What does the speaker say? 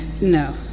No